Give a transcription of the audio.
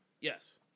Yes